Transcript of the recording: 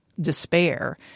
despair